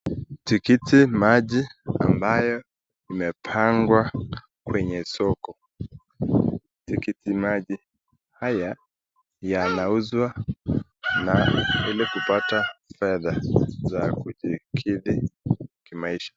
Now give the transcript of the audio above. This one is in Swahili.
Tikiti maji ambayo imepangwa kwenye soko, tikiti maji haya yanauzwa na kupata rada yakujikidi maisha.